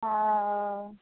ओ